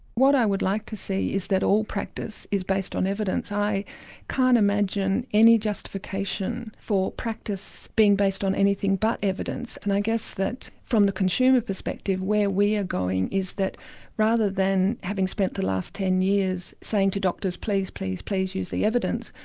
what i would like to see is that all practice is based on evidence. i can't imagine any justification for practice being based on anything but evidence and i guess that from the consumer perspective where we are going is that rather than having spent the last ten years saying to doctors please, please, please use the evidence,